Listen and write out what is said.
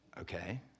Okay